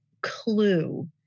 clue